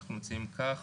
אנחנו מציעים כך: